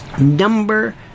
number